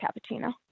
cappuccino